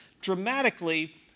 dramatically